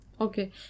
Okay